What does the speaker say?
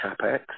CAPEX